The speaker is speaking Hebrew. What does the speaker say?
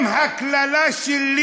אם הקללה שלי